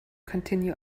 continue